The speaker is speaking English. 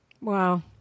Wow